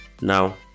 Now